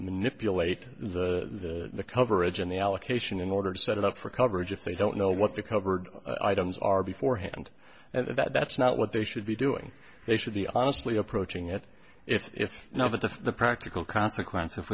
manipulate the coverage and the allocation in order to set it up for coverage if they don't know what the covered items are before hand and that's not what they should be doing they should be honestly approaching it if not at the practical consequence if